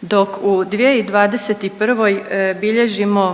Dok u 2021. bilježimo